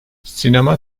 sinema